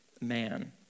man